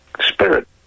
spirit